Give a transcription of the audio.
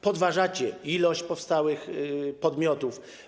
Podważacie ilość powstałych podmiotów.